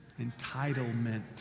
Entitlement